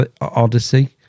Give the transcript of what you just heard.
Odyssey